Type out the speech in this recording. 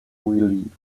relieved